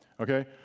okay